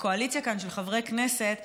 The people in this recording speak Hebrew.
וקואליציה של חברי כנסת כאן,